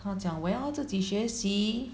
她讲我要自己学习